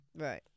Right